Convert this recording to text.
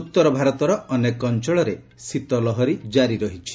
ଉତ୍ତର ଭାରତର ଅନେକ ଅଞ୍ଚଳରେ ଶୀତଲହରୀ ଜାରୀ ରହିଛି